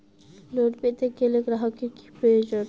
Loan পেতে গেলে গ্রাহকের কি প্রয়োজন?